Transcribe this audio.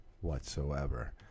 whatsoever